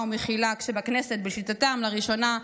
שבה האלימות נגד להט"בים מרקיעה שחקים?